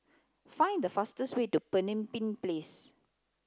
find the fastest way to Pemimpin Place